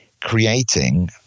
creating